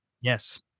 Yes